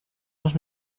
noch